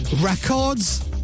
Records